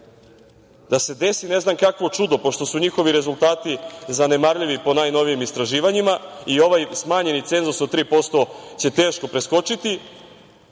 da se desi ne znam kakvo čudo, pošto su njihovi rezultati zanemarljivi po najnovijim istraživanjima i ovaj smanjeni cenzus od 3% će teško preskočiti,